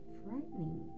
frightening